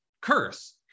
curse